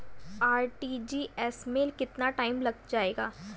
RTGS में कितना time लग जाएगा?